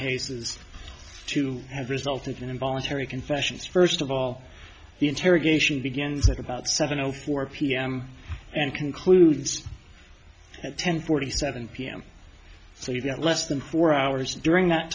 cases to have resulted in involuntary confessions first of all the interrogation begins at about seven o four pm and concludes at ten forty seven pm so you get less than four hours during that